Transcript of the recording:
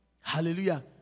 Hallelujah